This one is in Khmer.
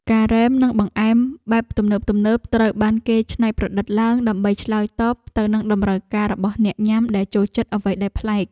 ការ៉េម និងបង្អែមបែបទំនើបៗត្រូវបានគេច្នៃប្រឌិតឡើងដើម្បីឆ្លើយតបទៅនឹងតម្រូវការរបស់អ្នកញ៉ាំដែលចូលចិត្តអ្វីដែលប្លែក។